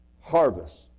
harvest